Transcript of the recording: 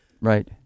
right